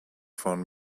von